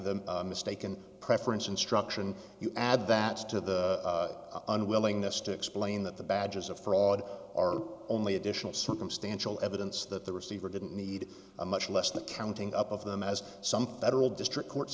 the mistaken preference instruction you add that to the unwillingness to explain that the badges of fraud are only additional circumstantial evidence that the receiver didn't need a much less the counting of them as some federal district courts